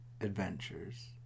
Adventures